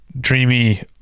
dreamy